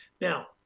Now